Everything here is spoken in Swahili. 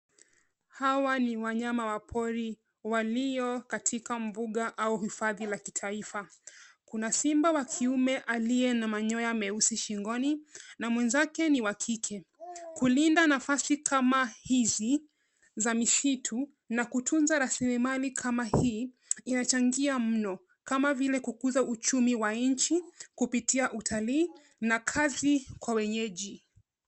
Hawa ni wanyama wa pori walio katika mbuga au hifadhi la kitaifa. Kuna simba wa kiume aliye na manyoya meusi shingoni na mwenzake ni wa kike. Kulinda nafasi kama hizi za misitu na kutunza rasilimali kama hii inachangia mno kama vile kukuza uchumi wa nchi kupitia utalii na kazi kwa wenyeji.